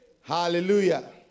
hallelujah